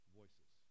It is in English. voices